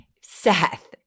Seth